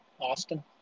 Austin